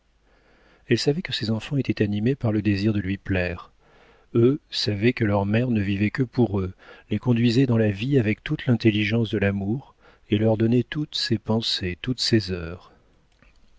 elle savait que ses enfants étaient animés par le désir de lui plaire eux savaient que leur mère ne vivait que pour eux les conduisait dans la vie avec toute l'intelligence de l'amour et leur donnait toutes ses pensées toutes ses heures